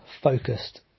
focused